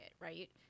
right